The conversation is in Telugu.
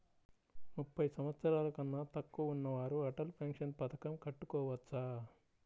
ముప్పై సంవత్సరాలకన్నా తక్కువ ఉన్నవారు అటల్ పెన్షన్ పథకం కట్టుకోవచ్చా?